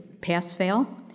pass-fail